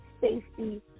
safety